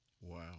Wow